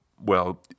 Well